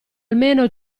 almeno